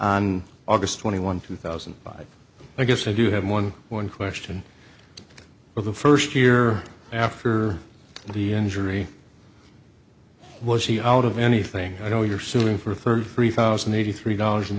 on august twenty one two thousand and five i guess i do have one one question for the first year after the injury was he out of anything i know you're suing for thirty three thousand eighty three dollars and